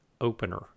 opener